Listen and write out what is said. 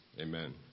Amen